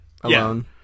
alone